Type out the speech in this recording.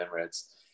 Emirates